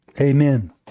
Amen